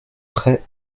très